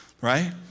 right